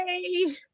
Yay